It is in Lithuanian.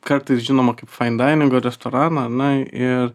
kartais žinomą kaip fain dainingo restoraną na ir